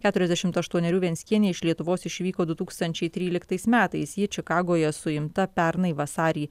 keturiasdešim aštuonerių venckienė iš lietuvos išvyko du tūkstančiai tryliktais metais ji čikagoje suimta pernai vasarį